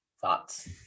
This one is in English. thoughts